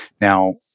now